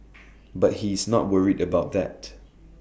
but he's not worried about that